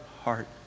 heart